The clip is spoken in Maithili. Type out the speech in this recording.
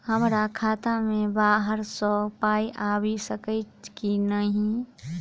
हमरा खाता मे बाहर सऽ पाई आबि सकइय की नहि?